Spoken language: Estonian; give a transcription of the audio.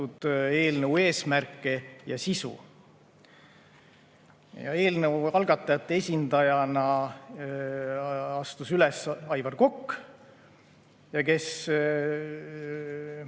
eelnõu eesmärke ja sisu. Eelnõu algatajate esindajana astus üles Aivar Kokk, kes